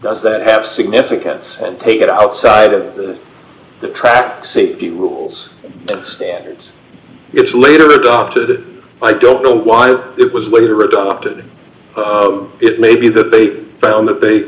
does that have significance and take it outside of the track safety rules and standards it's later adopted i don't know why it was later d adopted it may be that they found that they